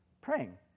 praying